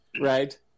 right